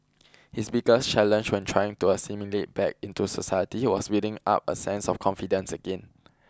his biggest challenge when trying to assimilate back into society was building up a sense of confidence again